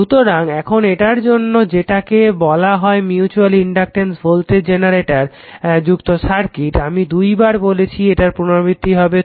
সুতরাং এখন এটার জন্য যেটাকে বলা হয় মিউচুয়াল ইনডাকটেন্স ভোল্টেজ জেনারেটর যুক্ত সার্কিট আমি দুইবার বলেছি এটার পুনরাবৃত্তি হবে